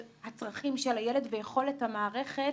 תרצו סעד מוועדת העבודה, הרווחה והבריאות